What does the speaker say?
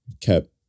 kept